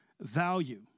value